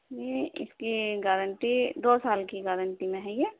جی اس کی گارنٹی دو سال کی گارنٹی میں ہے یہ